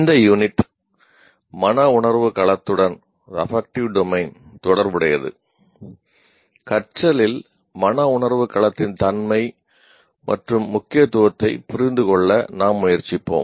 இந்த யூனிட் தொடர்புடையது கற்றலில் மனவுணர்வு களத்தின் தன்மை மற்றும் முக்கியத்துவத்தைப் புரிந்துகொள்ள நாம் முயற்சிப்போம்